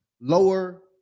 lower